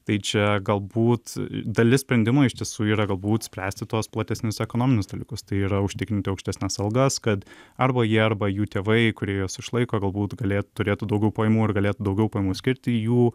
tai čia galbūt dalis sprendimų iš tiesų yra galbūt spręsti tuos platesnius ekonominius dalykus tai yra užtikrinti aukštesnes algas kad arba jie arba jų tėvai kurie juos išlaiko galbūt galė turėtų daugiau pajamų ar galėti daugiau pajamų skirti jų